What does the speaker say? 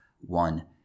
One